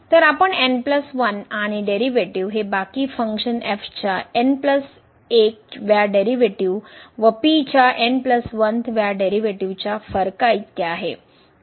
तर आपण आणि डेरीवेटीव हे बाकी फंक्शन च्या व्या डेरीवेटीव व च्या व्या डेरीवेटीव च्या फरका इतके आहे